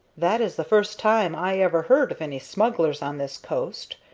that is the first time i ever heard of any smugglers on this coast,